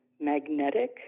magnetic